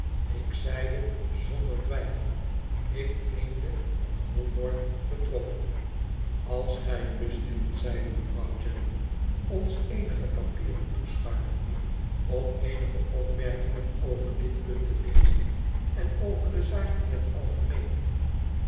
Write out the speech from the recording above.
ik zeide zonder twijfel ik meende wat holborn betrof als gij lust hebt zeide mevrouw jellyby ons eenige papieren toeschuivende om eenige opmerkingen over dit punt te lezen en over de zaak in het algemeen